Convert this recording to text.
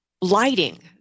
lighting